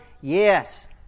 Yes